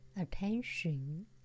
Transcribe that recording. attention